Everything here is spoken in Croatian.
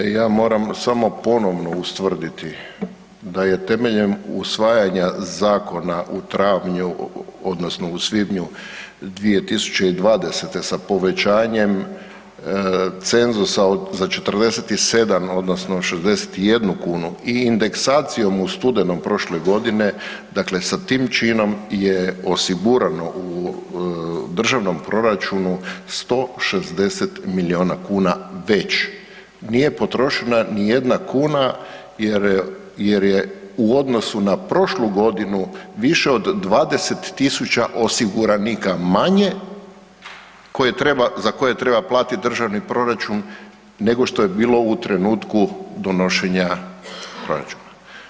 Ja moram samo ponovno ustvrditi da je temeljem usvajanja Zakona u travnju, odnosno u svibnju 2020. sa povećanjem cenzusa za 47, odnosno 61 kunu i indeksacijom u studenom prošle godine, dakle sa tim činom je osigurano u Državnom proračunu 160 milijuna kuna već, nije potrošena ni jedna kuna jer je u odnosu na prošlu godinu više od 20 tisuća osiguranika manje, koje treba, za koje treba platiti Državni proračun nego što je bilo u trenutku donošenja proračuna.